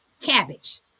cabbage